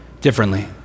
differently